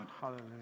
Hallelujah